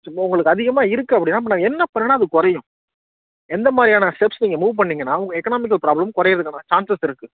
so இப்போது உங்களுக்கு அதிகமாக இருக்குது அப்படினா இப்போ நான் என்ன பண்ணுனா அது குறையும் எந்தமாதிரியான ஸ்டெப்ஸ் நீங்கள் மூவ் பண்ணிங்கன்னால் உங்கள் எக்கனாமிக்கல் ப்ராப்ளம் குறையிறதுக்கான சான்ஸஸ் இருக்குது